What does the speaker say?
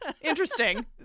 Interesting